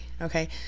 Okay